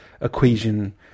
equation